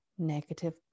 negative